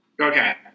Okay